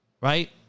right